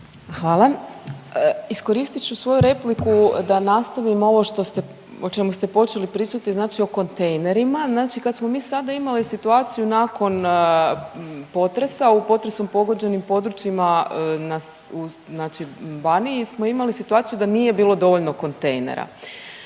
(RF)** Iskoristit ću svoju repliku da nastavim ovo što ste, o čemu ste počeli pričati znači o kontejnerima, znači kad smo mi sada imali situaciju nakon potresa, u potresom pogođenim područjima znači Baniji smo imali situaciju da nije bilo dovoljno kontejnera